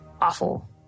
awful